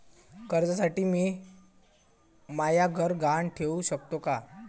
कर्जसाठी मी म्हाय घर गहान ठेवू सकतो का